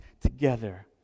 together